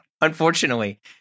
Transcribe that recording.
unfortunately